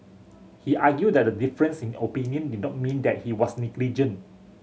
he argued that a difference in opinion did not mean that he was negligent